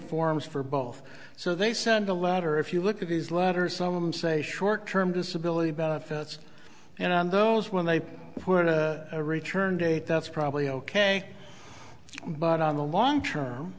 forms for both so they send a letter if you look at these letters some of them say short term disability benefits and those when they were to return date that's probably ok but on the long term